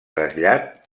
trasllat